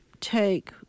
take